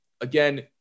Again